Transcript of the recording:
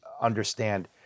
understand